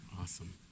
Awesome